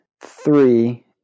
three